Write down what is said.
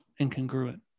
incongruent